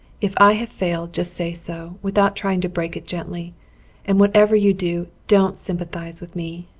if i have failed just say so, without trying to break it gently and whatever you do don't sympathize with me.